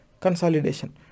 consolidation